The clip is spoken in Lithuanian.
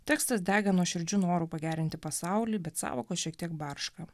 tekstas dega nuoširdžiu noru pagerinti pasaulį bet sąvokos šiek tiek barška